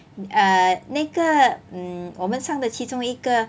err 那个 hmm 我们上的其中一个